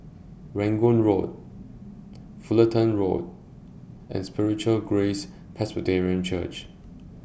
Rangoon Road Fulton Road and Spiritual Grace Presbyterian Church